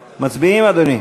מצביעים על 32?